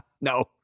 No